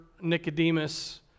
Nicodemus